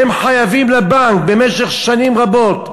והם חייבים לבנק במשך שנים רבות,